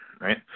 right